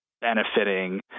benefiting